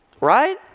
Right